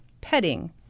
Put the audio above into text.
petting